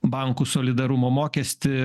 bankų solidarumo mokestį